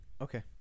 Okay